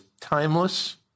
timeless